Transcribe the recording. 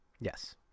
Yes